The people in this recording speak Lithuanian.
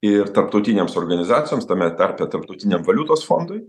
ir tarptautinėms organizacijoms tame tarpe tarptautiniam valiutos fondui